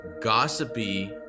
gossipy